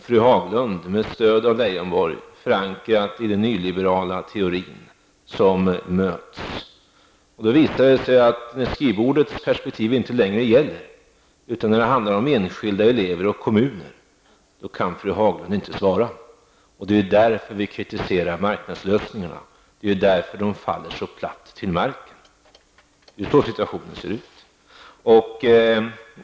Fru Haglund, med stöd av Lars Leijonborg, har sin förankring i den nyliberala teorin. Då visar det sig, att när skrivbordets perspektiv inte längre gäller, utan det handlar om enskilda elever och kommuner, kan fru Haglund inte svara. Det är därför vi kritiserar marknadslösningarna. Det är därför de faller så platt till marken. Det är så situationen ser ut.